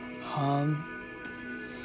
Hum